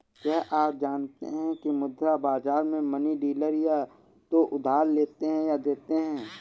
क्या आप जानते है मुद्रा बाज़ार में मनी डीलर या तो उधार लेते या देते है?